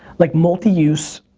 like multi use,